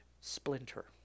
Splinter